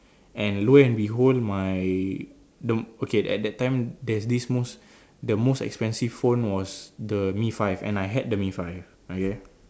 and lo and behold my the okay at that time there's this most the most expensive was the mi-five and I had the mi-five okay